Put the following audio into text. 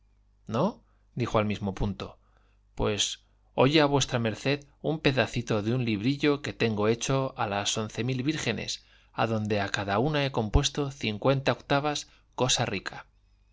no dijo al mismo punto pues oya v md un pedacito de un librillo que tengo hecho a las once mil vírgenes adonde a cada una he compuesto cincuenta octavas cosa rica